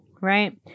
right